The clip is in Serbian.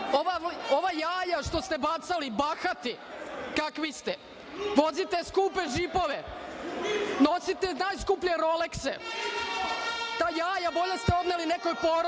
ova jaja što ste bacali, bahati kakvi ste, vozite skupe džipove, nosite najskuplje rolekse, ta jaja bolje da ste odneli nekoj porodici